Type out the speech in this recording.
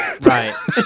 Right